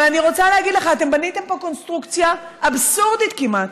אבל אני רוצה להגיד לך: אתם בניתם פה קונסטרוקציה אבסורדית כמעט,